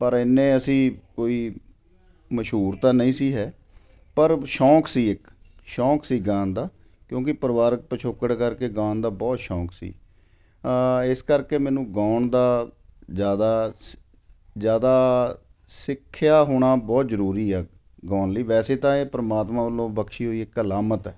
ਪਰ ਇੰਨੇ ਅਸੀਂ ਕੋਈ ਮਸ਼ਹੂਰ ਤਾਂ ਨਹੀਂ ਸੀ ਹੈ ਪਰ ਸ਼ੌਂਕ ਸੀ ਇੱਕ ਸ਼ੌਂਕ ਸੀ ਗਾਉਣ ਦਾ ਕਿਉਂਕਿ ਪਰਿਵਾਰਕ ਪਿਛੋਕੜ ਕਰਕੇ ਗਾਉਣ ਦਾ ਬਹੁਤ ਸ਼ੌਂਕ ਸੀ ਤਾਂ ਇਸ ਕਰਕੇ ਮੈਨੂੰ ਗਾਉਣ ਦਾ ਜ਼ਿਆਦਾ ਜ਼ਿਆਦਾ ਸਿੱਖਿਆ ਹੋਣਾ ਬਹੁਤ ਜ਼ਰੂਰੀ ਆ ਗਾਉਣ ਲਈ ਵੈਸੇ ਤਾਂ ਇਹ ਪਰਮਾਤਮਾ ਵਲੋਂ ਬਖਸ਼ੀ ਹੋਈ ਇੱਕ ਅਲਾਮਤ ਹੈ